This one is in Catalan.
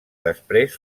després